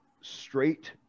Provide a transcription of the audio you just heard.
straight